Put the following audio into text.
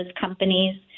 companies